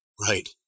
Right